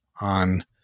on